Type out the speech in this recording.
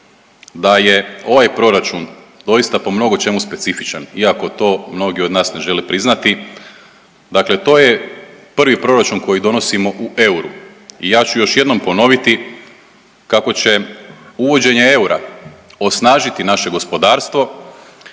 da je ovaj proračun doista po mnogo čemu specifičan iako to mnogi od nas ne žele priznati, dakle to je prvi proračun koji donosimo u euru i ja ću još jednom ponoviti kako će uvođenje eura osnažiti naše gospodarstvo,